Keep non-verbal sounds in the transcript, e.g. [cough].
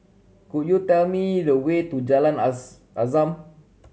could you tell me the way to Jalan [unintelligible] Azam